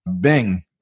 Bing